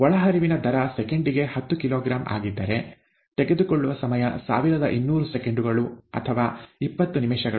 ಒಳಹರಿವಿನ ದರ ಸೆಕೆಂಡಿಗೆ ಹತ್ತು ಕಿಲೋಗ್ರಾಂ ಆಗಿದ್ದರೆ ತೆಗೆದುಕೊಳ್ಳುವ ಸಮಯ ಸಾವಿರದ ಇನ್ನೂರು ಸೆಕೆಂಡುಗಳು ಅಥವಾ ಇಪ್ಪತ್ತು ನಿಮಿಷಗಳು